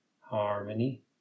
harmony